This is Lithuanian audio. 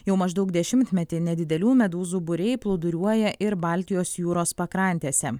jau maždaug dešimtmetį nedidelių medūzų būriai plūduriuoja ir baltijos jūros pakrantėse